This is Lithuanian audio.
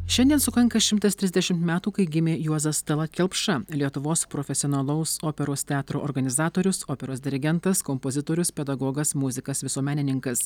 šiandien sukanka šimtas trisdešimt metų kai gimė juozas talat kelpša lietuvos profesionalaus operos teatro organizatorius operos dirigentas kompozitorius pedagogas muzikas visuomenininkas